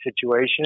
situation